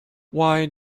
why